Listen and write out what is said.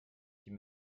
die